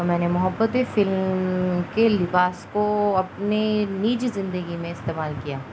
میں نے محبت فلم کے لباس کو اپنے نج زندگی میں استعمال کیا